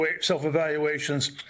self-evaluations